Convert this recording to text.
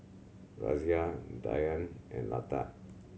Razia Dhyan and Lata